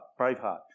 Braveheart